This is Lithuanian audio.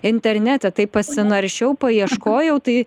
internete taip pasinaršiau paieškojau tai